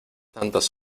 tantas